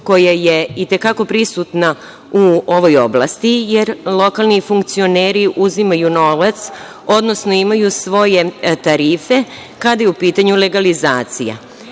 koja je i te kako prisutna u ovoj oblasti, jer lokalni funkcioneri uzimaju novac, odnosno imaju svoje tarife kada je u pitanju legalizacija. Kao